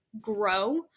grow